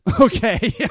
Okay